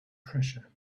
pressure